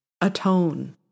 atone